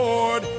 Lord